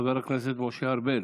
חבר הכנסת משה ארבל.